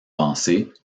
penser